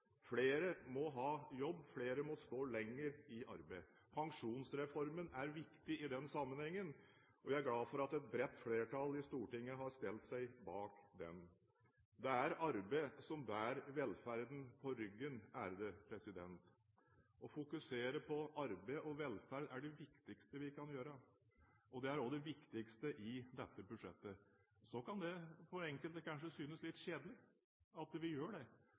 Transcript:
Flere må ha jobb, og flere må stå lenger i arbeid. Pensjonsreformen er viktig i den sammenhengen, og jeg er glad for at et bredt flertall i Stortinget har stilt seg bak den. Det er arbeid som bærer velferden på ryggen. Å fokusere på arbeid og velferd er det viktigste vi kan gjøre, og det er også det viktigste i dette budsjettet. Så kan det for enkelte kanskje synes litt kjedelig at vi gjør det